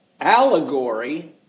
allegory